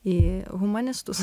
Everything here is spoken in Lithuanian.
į humanistus